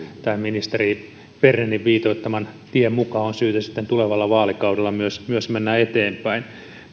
tämän ministeri bernerin viitoittaman tien mukaan on syytä sitten myös tulevalla vaalikaudella mennä eteenpäin